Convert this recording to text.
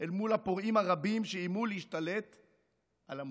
אל מול הפורעים הרבים שאיימו להשתלט על המולדת.